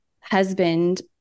husband